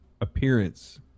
appearance